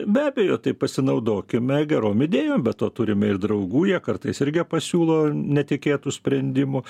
be abejo tai pasinaudokime gerom idėjom be to turime ir draugų jie kartais irgi pasiūlo netikėtų sprendimų